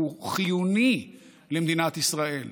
הוא חיוני למדינת ישראל,